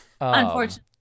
Unfortunately